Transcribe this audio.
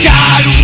God